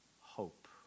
hope